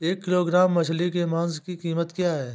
एक किलोग्राम मछली के मांस की कीमत क्या है?